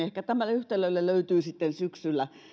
ehkä tälle yhtälölle löytyy sitten syksyllä